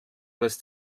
was